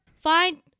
fine